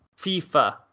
fifa